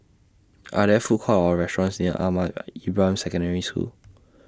Are There Food Courts Or restaurants near Ahmad Ibrahim Secondary School